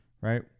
right